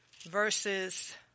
verses